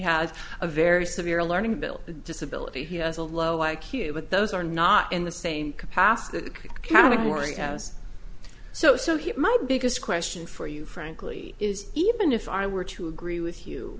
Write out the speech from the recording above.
has a very severe learning bill a disability he has a low i q but those are not in the same capacity category has so so he my biggest question for you frankly is even if i were to agree with you